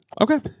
okay